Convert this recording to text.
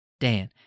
Dan